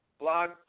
blog